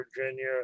Virginia